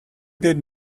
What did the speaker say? did